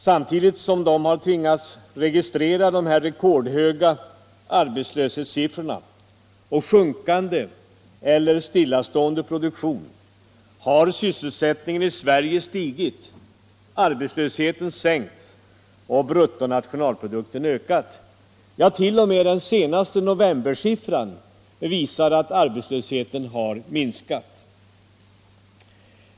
Samtidigt som man där har tvingats registrera dessa rekordhöga arbetslöshetssiffror och sjunkande eller stillastående produktion har sysselsättningen i Sverige stigit, arbetslösheten sjunkit och bruttonationalprodukten ökat. Ja, t.o.m. den senaste novembersiffran visar att arbetslösheten har minskat och lediga platser ökat.